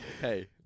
Hey